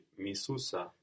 MISUSA